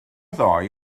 ddoe